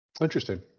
Interesting